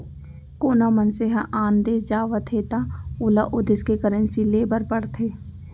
कोना मनसे ह आन देस जावत हे त ओला ओ देस के करेंसी लेय बर पड़थे